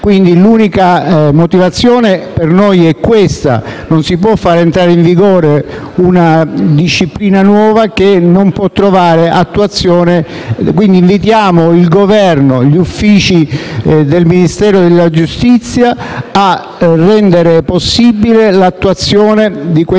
L'unica motivazione per noi è questa; non si può far entrare in vigore una disciplina nuova che non può trovare attuazione. Invitiamo pertanto il Governo e gli uffici del Ministero della giustizia a rendere possibile l'attuazione della nuova